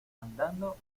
andando